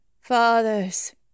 Fathers